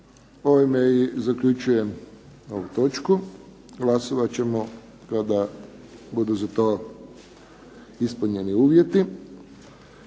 Ovime i zaključujem ovu točku. Glasovat ćemo kada budu za to ispunjeni uvjeti.